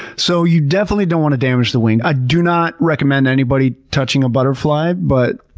so you definitely don't want to damage the wing. i do not recommend anybody touching a butterfly but